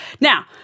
Now